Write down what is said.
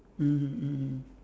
mmhmm mm